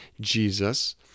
Jesus